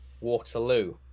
Waterloo